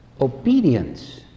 obedience